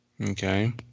Okay